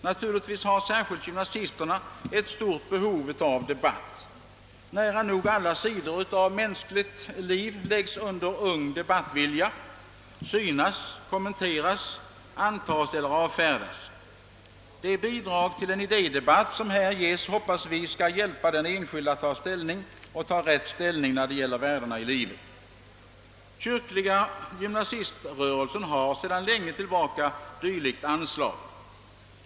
Naturligtvis har särskilt gymnasisterna ett stort behov av debatt. Nära nog alla si dor av mänskligt liv lägges under ung debattvilja, synas, kommenteras, antas eller avfärdas. De bidrag till en idédebatt som här ges hoppas vi skall hjälpa den enskilde att ta rätt ställning när det gäller värdena i livet. Kyrkliga gymnasiströrelsen har sedan länge åtnjutit sådant anslag.